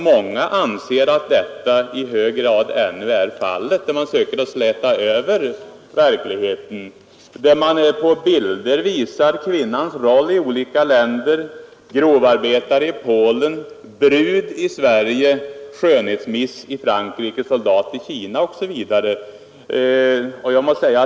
Man försöker alltså släta över verkligheten. På bilder visar man kvinnans roll i olika länder: grovarbetare i Polen, brud i Sverige, skönhetmiss i Frankrike, soldat i Kina osv.